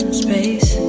space